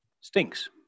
stinks